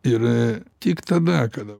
ir tik tada kada